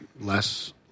less